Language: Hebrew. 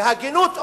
וההגינות אומרת,